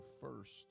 first